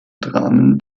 dramen